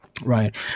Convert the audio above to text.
Right